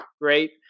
Great